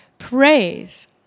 Praise